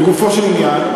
לגופו של עניין,